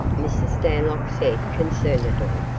mrs. stanlock said, concernedly.